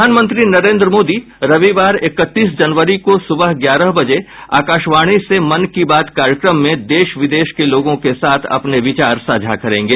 प्रधानमंत्री नरेन्द्र मोदी रविवार इकतीस जनवरी को सुबह ग्यारह बजे आकाशवाणी से मन की बात कार्यक्रम में देश विदेश में लोगों के साथ अपने विचार साझा करेंगे